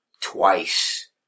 twice